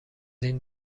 این